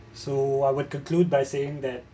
so I would conclude by saying that um